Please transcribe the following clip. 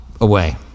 away